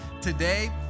Today